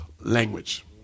language